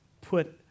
put